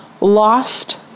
lost